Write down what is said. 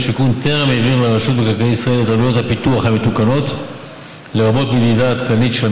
לעניות דעתי, לתפיסה שרואה בערבות ההדדית את אחד